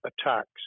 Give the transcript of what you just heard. attacks